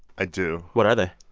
i do what are they?